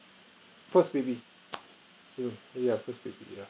first baby mm yeah first baby yeah